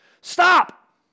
Stop